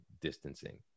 distancing